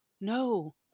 No